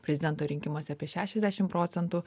prezidento rinkimuose apie šešiasdešim procentų